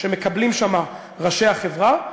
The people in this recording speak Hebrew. שמקבלים שם ראשי החברה.